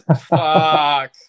Fuck